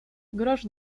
grosz